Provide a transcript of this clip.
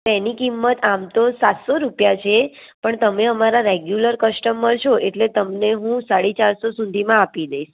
એની કિમત આમ તો સાતસો રૂપિયા છે પણ તમે અમારા રેગ્યુલર કસ્ટમબર છો એટલે તમને હું સાડી ચારસો સુધીમાં આપી દઇશ